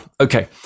Okay